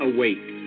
Awake